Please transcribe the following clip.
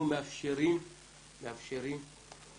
אנחנו מאפשרים סטטוסים